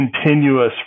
continuous